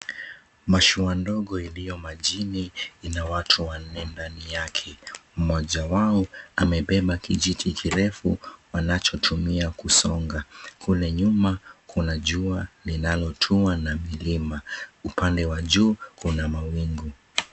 Mashua ndogo iliyo majini ina watu wanne ndani yake. Mmoja wao amebeba kijiti kirefu wanachotumia kusonga. Kule nyuma kuna jua linalotua na milima. Upande wa juu Kuna mawingu.